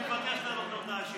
אני מבקש לעלות להודעה אישית אחר כך.